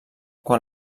quan